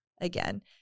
again